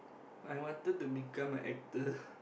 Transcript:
I wanted to become a actor